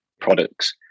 products